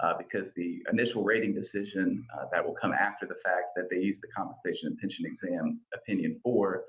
um because the initial rating decision that will come after the fact that they used the compensation and pension exam opinion for